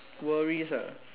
worries ah